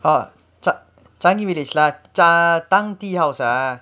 ah changi village lah zhai tang tea house ah